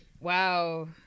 Wow